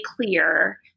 clear